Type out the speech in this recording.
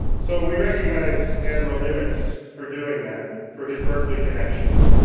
so we recognize admiral nimitz for doing that, for his berkeley connections,